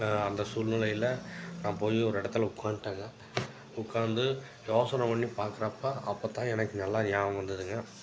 நான் அந்த சூழ்நிலையில் நான் போய் ஒரு இடத்துல உட்காந்துட்டேங்க உட்காந்து யோசனை பண்ணி பார்க்குறப்ப அப்போ தான் எனக்கு நல்லா ஞாபகம் வந்ததுங்க